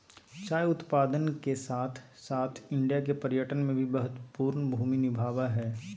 चाय उत्पादन के साथ साथ इंडिया के पर्यटन में भी महत्वपूर्ण भूमि निभाबय हइ